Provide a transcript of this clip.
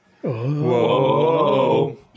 Whoa